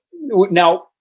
Now